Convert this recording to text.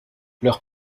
leur